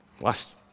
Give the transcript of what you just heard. last